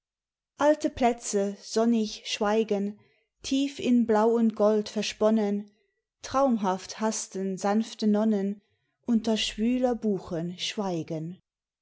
alte plätze sonnig schweigen tief in blau und gold versponnen traumhaft hasten sanfte nonnen unter schwüler buchen schweigen